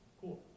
cool